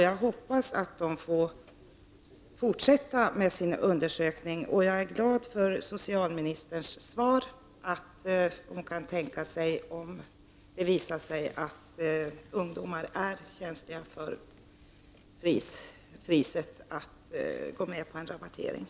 Jag hoppas att de får fortsätta med sin undersökning och jag är glad över socialministerns svar att hon kan tänka sig att gå med på en rabattering av p-piller om det visar sig att ungdomar är känsliga för priset.